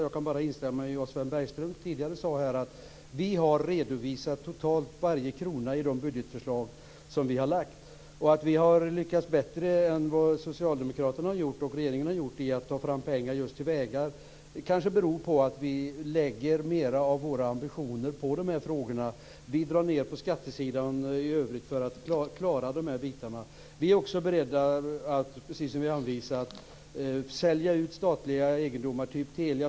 Jag kan bara instämma i vad Sven Bergström tidigare sade: Vi har redovisat varje krona i de budgetförslag som vi har lagt fram. Att vi har lyckats bättre än vad socialdemokraterna och regeringen har gjort med att ta fram pengar just till vägar kanske beror på att vi är mera ambitiösa när det gäller dessa frågor. Vi drar ned på skattesidan i övrigt för att klara dessa bitar. Vi är också beredda att, precis som vi anvisar, sälja ut statliga egendomar, t.ex. Telia.